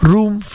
Room